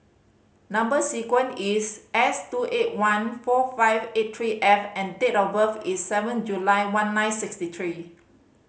number sequence is S two eight one four five six three F and date of birth is seven July one nine sixty three